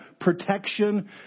protection